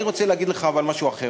אבל אני רוצה להגיד לך משהו אחר.